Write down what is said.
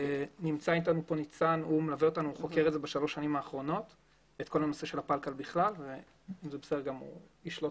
את כל הנושא של הפלקל בכלל והוא יציג